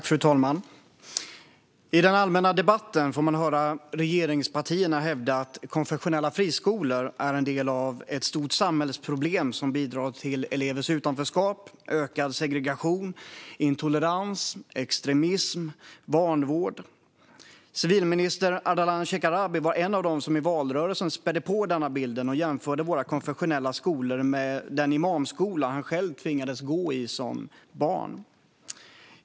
Fru talman! I den allmänna debatten får man höra regeringspartierna hävda att konfessionella friskolor är en del av ett stort samhällsproblem som bidrar till elevers utanförskap, ökad segregation, intolerans, extremism och vanvård. Civilminister Ardalan Shekarabi var en av dem som i valrörelsen spädde på denna bild och jämförde våra konfessionella skolor med den imamskola han själv tvingades gå i som barn.